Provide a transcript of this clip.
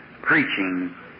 preaching